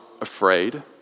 afraid